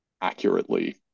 accurately